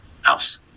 house